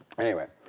anyway,